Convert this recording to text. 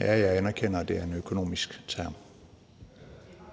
17:46 Fjerde næstformand (Mai